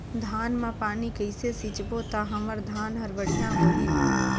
धान मा पानी कइसे सिंचबो ता हमर धन हर बढ़िया होही?